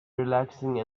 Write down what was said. relaxing